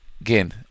again